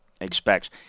expects